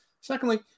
Secondly